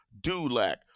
Dulac